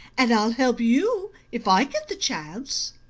and i'll help you if i get the chance!